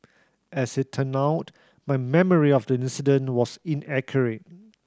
as it turned out my memory of the incident was inaccurate